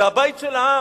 זה הבית של העם,